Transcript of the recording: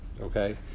Okay